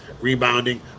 rebounding